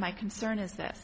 my concern is that